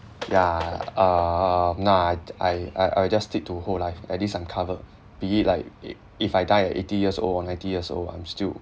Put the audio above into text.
ya uh nah I I I will just stick to whole life at least I'm covered be it like it if I die at eighty years old or ninety years old I'm still